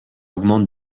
augmente